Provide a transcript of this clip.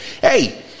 Hey